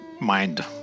mind